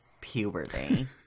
puberty